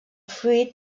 fruit